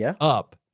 up